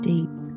Deep